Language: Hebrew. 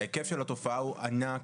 ההיקף של התופעה הוא ענק,